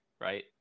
right